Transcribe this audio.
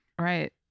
Right